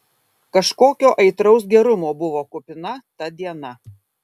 kažkokio aitraus gerumo buvo kupina ta diena